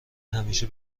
همیشه